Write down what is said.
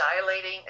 dilating